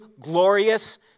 glorious